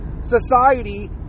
society